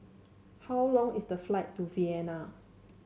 how long is the flight to Vienna